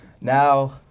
Now